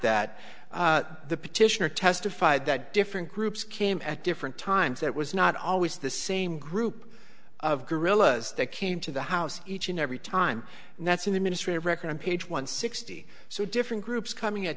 that the petitioner testified that different groups came at different times that was not always the same group of guerrillas that came to the house each and every time and that's in the ministry of record on page one sixty so different groups coming at